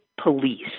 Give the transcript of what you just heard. police